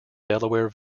delaware